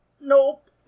nope